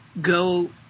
go